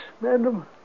madam